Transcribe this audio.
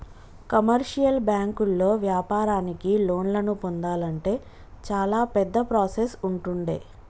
commercial బ్యాంకుల్లో వ్యాపారానికి లోన్లను పొందాలంటే చాలా పెద్ద ప్రాసెస్ ఉంటుండే